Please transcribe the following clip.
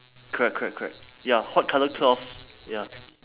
correct correct correct ya white colour cloth ya